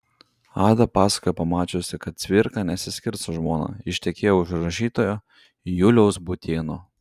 ada pasakojo pamačiusi kad cvirka nesiskirs su žmona ištekėjo už rašytojo juliaus būtėno